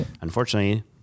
unfortunately